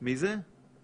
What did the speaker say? מי זה?